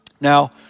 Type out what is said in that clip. Now